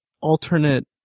alternate